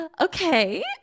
okay